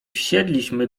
wsiedliśmy